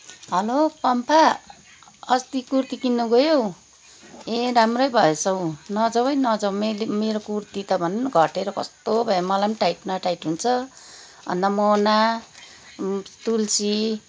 hello Pampha अस्ति कुर्ति किन्न गयौ ए राम्रै भएछौ नजाऊ है नजाऊ मैले मेरो कुर्ति त भन न घटेर कस्तो भयो मलाई नि टाइट न टाइट हुन्छ अन्त मोना तुलसी